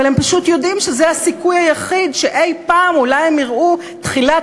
אבל הם פשוט יודעים שזה הסיכוי היחיד שאי-פעם אולי הם יראו תחילת,